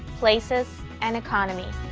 places, and economy.